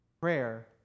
Prayer